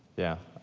yeah.